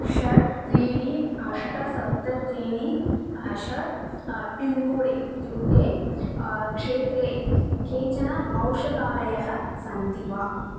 षट् त्रीणि अष्ट सप्त त्रीणि षट् पिन्कोड् इत्युक्ते क्षेत्रे केचन औषधालयः सन्ति वा